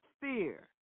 Fear